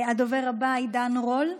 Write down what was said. הדובר הבא, עידן רול.